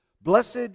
Blessed